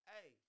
Hey